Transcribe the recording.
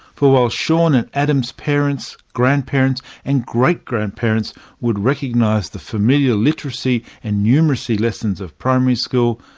for while sean and adam's parents, grandparents and great-grandparents would recognise the familiar literacy and numeracy lessons of primary school,